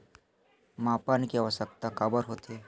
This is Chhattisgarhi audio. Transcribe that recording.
मापन के आवश्कता काबर होथे?